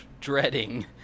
dreading